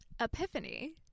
epiphany